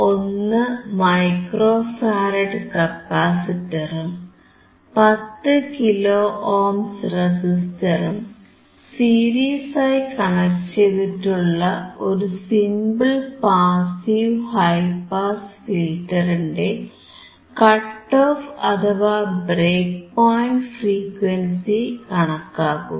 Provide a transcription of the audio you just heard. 1 microfarad കപ്പാസിറ്ററും 10 kilo ohms റെസിസ്റ്ററും series ആയി കണക്ട് ചെയ്തിട്ടുള്ള ഒരു സിംപിൾ പാസീവ് ഹൈ പാസ് ഫിൽറ്ററിന്റെ കട്ട് ഓഫ് അഥവാ ബ്രേക്ക്പോയിന്റ് ഫ്രീക്വൻസി കണക്കാക്കുക